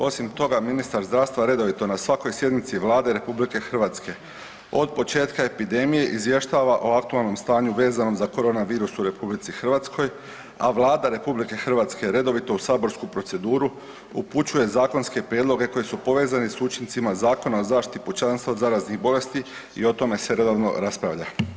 Osim toga, ministar zdravstva redovito na svakoj sjednici Vlade RH od početka epidemije izvještava o aktualnom stanju vezano za koronavirus u RH, a Vlada RH redovito u saborsku proceduru upućuje zakonske prijedloge koji su povezani s učincima Zakona o zaštiti pučanstva od zaraznih bolesti i o tome se redovno raspravlja.